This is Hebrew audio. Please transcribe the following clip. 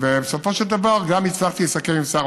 ובסופו של דבר גם הצלחתי לסכם עם שר